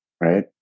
right